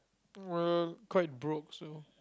uh quite broke so